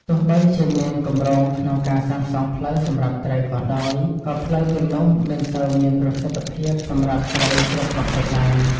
ទោះបីជាមានគម្រោងក្នុងការសាងសង់ផ្លូវសម្រាប់ត្រីក៏ដោយ ក៏ផ្លូវទាំងនោះមិនសូវមានប្រសិទ្ធភាពសម្រាប់ត្រីគ្រប់ប្រភេទឡើយ។